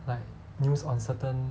like news on certain